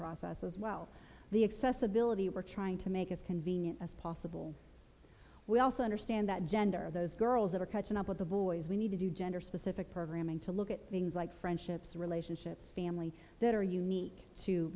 process as well the excess ability we're trying to make as convenient as possible we also understand that gender those girls that are catching up with the boys we need to do gender specific programming to look at things like friendships relationships family that are unique to